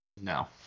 No